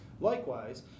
Likewise